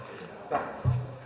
arvoisa